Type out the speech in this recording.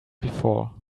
before